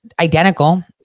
identical